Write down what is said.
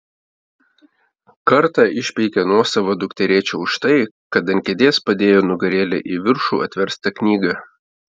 kartą išpeikė nuosavą dukterėčią už tai kad ant kėdės padėjo nugarėle į viršų atverstą knygą